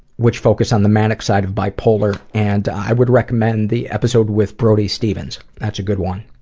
which focus on the manic side of bipolar? and i would recommend the episode with brody stevens. that's a good one.